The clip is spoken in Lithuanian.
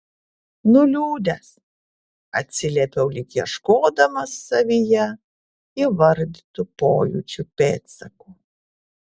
nuliūdęs atsiliepiau lyg ieškodamas savyje įvardytų pojūčių pėdsakų